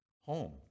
home